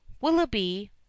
Willoughby